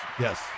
Yes